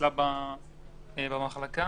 אצלה במחלקה.